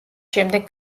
შემდეგ